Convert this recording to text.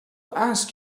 asked